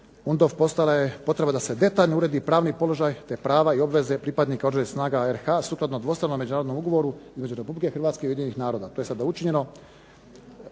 UNDOF postala je potreba da se detaljno uredi pravni položaj, te prava i obveze pripadnika Oružanih snaga RH sukladno dvostranom međunarodnom ugovoru između Republike Hrvatske i Ujedinjenih naroda. To je sada učinjeno.